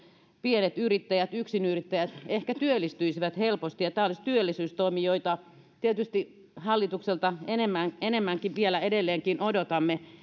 pienet yrittäjät yksinyrittäjät ehkä työllistyisivät helposti ja tämä olisi työllisyystoimi joita tietysti hallitukselta enemmänkin vielä edelleenkin odotamme